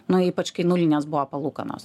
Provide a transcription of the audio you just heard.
nuo ypač kai nulinės buvo palūkanos